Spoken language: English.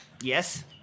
Yes